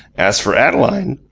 as for adeline,